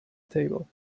table